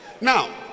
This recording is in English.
now